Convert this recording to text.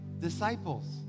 disciples